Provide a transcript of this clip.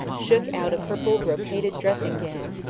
shook out a purple brocaded dressing-gown,